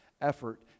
effort